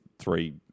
three